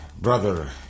brother